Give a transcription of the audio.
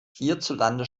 hierzulande